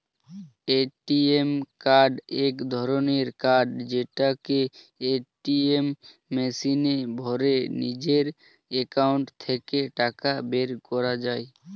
ATM card এক ধরণের card যেটাকে এটিএম মেশিনে ভরে নিজের একাউন্ট থেকে টাকা বের করা যায়